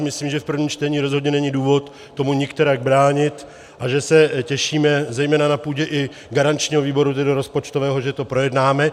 Myslím, že v prvním čtení rozhodně není důvod tomu nikterak bránit a že se těšíme zejména na půdě i garančního výboru, tedy rozpočtového, že to projednáme.